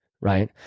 Right